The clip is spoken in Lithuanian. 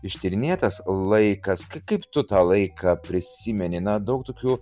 ištyrinėtas laikas kaip tu tą laiką prisimeni na daug tokių